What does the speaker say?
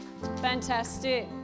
Fantastic